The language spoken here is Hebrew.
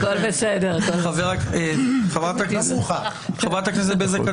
חברת הכנסת בזק,